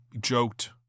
joked